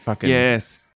yes